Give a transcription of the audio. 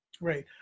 Right